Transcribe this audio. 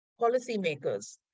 policymakers